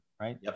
right